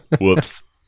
Whoops